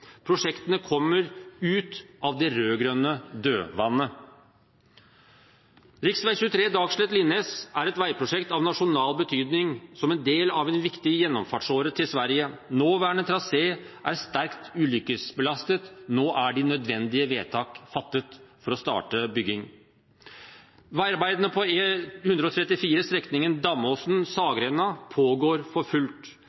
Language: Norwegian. Prosjektene kommer ut av det rød-grønne dødvannet. Rv. 23 Dagslett–Linnes er et veiprosjekt av nasjonal betydning, som en del av en viktig gjennomfartsåre til Sverige. Nåværende trasé er sterkt ulykkesbelastet. Nå er de nødvendige vedtak for å starte bygging fattet. Veiarbeidene på E134 strekningen Damåsen–Saggrenda pågår for fullt.